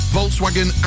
Volkswagen